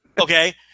Okay